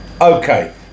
Okay